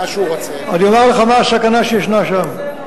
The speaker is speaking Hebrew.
אני אומר לך מה הסכנה שיש שם, הדלק כן,